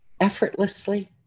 effortlessly